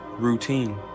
Routine